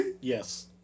Yes